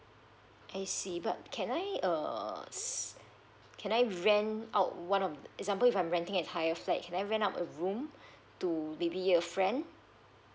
I see but can I err can I rent out one of um example if I'm renting a higher flat can I rent out a room to maybe a friend